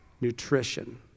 nutrition